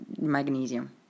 magnesium